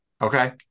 Okay